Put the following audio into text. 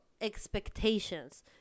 expectations